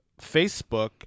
facebook